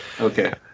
Okay